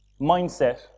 mindset